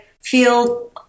feel